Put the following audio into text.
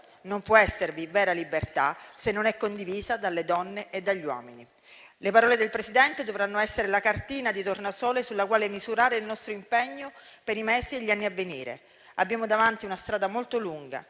«Non può esservi vera libertà se non è condivisa dalle donne e dagli uomini». Le parole del Presidente dovranno essere la cartina di tornasole per misurare il nostro impegno per i mesi e gli anni a venire. Abbiamo davanti una strada molto lunga,